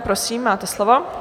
Prosím, máte slovo.